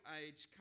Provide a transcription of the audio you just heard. age